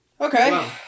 Okay